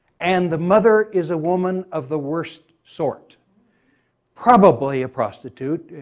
and the mother is a woman of the worst sort probably a prostitute,